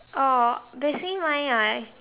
oh basically mine right